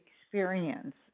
experience